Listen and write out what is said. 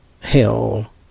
hell